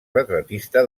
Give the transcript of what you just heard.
retratista